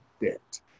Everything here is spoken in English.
debt